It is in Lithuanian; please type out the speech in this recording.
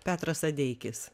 petras adeikis